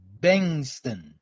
Bengston